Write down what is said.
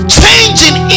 changing